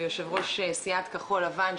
וליושב-ראש סיעת כחול לבן,